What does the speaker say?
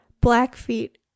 Blackfeet